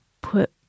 put